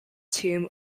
tomb